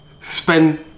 spend